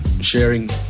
sharing